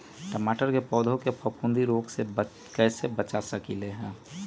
टमाटर के पौधा के फफूंदी रोग से कैसे बचा सकलियै ह?